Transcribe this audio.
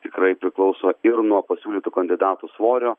tikrai priklauso ir nuo pasiūlytų kandidatų svorio